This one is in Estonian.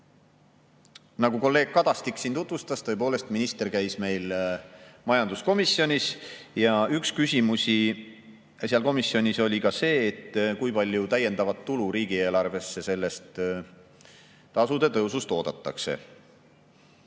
Nagu kolleeg Kadastik siin tutvustas, tõepoolest, minister käis meil majanduskomisjonis. Üks küsimusi seal oli ka see, kui palju täiendavat tulu riigieelarvesse sellest tasude tõusust oodatakse.